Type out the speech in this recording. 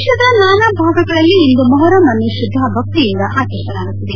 ದೇಶದ ನಾನಾ ಭಾಗಗಳಲ್ಲಿ ಇಂದು ಮೊಹರಂ ಅನ್ನು ಶ್ರದ್ಲಾಭಕ್ತಿಯಿಂದ ಆಚರಿಸಲಾಗುತ್ತಿದೆ